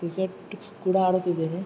cricket ಕೂಡ ಆಡುತ್ತಿದ್ದೇನೆ